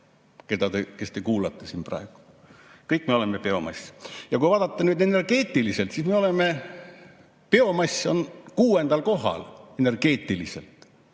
biomass, kes te kuulate siin praegu! Kõik me oleme biomass. Ja kui vaadata nüüd energeetiliselt, siis biomass on kuuendal kohal energeetiliselt.